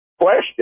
Question